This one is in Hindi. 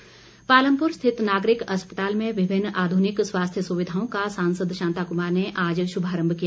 अस्पताल पालमपुर स्थित नागरिक अस्पताल में विभिन्न आधुनिक स्वास्थ्य सुविधाओं का सांसद शांता कुमार ने आज शुभारम्म किया